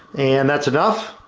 and that's enough